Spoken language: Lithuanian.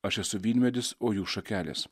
aš esu vynmedis o jų šakelės